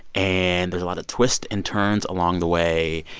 and there's a lot of twists and turns along the way.